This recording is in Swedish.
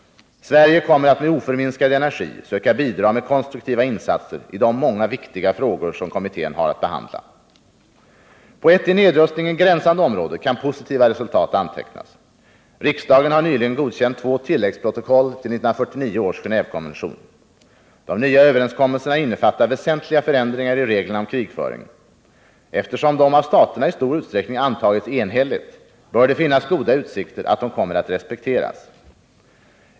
Sverige kommer att med oförminskad energi söka bidra med konstruktiva insatser i de många viktiga frågor som kommittén har att behandla. På ett till nedrustningen gränsande område kan positiva resultat antecknas. Riksdagen har nyligen godkänt två tilläggsprotokoll till 1949 års Genévekonvention. De nya överenskommelserna innefattar väsentliga förändringar i reglerna om krigföring. Eftersom de av staterna i stor utsträckning antagits enhälligt, bör det finnas goda utsikter att de kommer att respekteras.